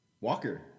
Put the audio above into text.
Walker